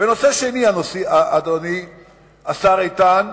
נושא שני, אדוני השר איתן,